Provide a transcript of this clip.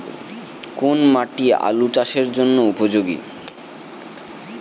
কোন মাটি আলু চাষের জন্যে উপযোগী?